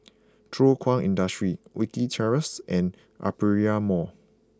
Thow Kwang Industry Wilkie Terrace and Aperia Mall